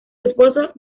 esposo